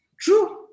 True